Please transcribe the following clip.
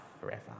forever